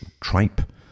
tripe